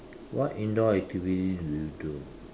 what indoor activities do you do